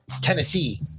Tennessee